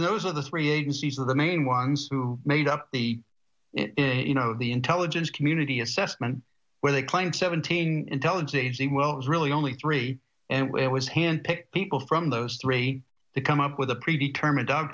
those are the three agencies are the main ones who made up the you know the intelligence community assessment where they claimed seventeen intelligence agent well it was really only three and it was hand picked people from those three to come up with a predetermined